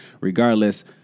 Regardless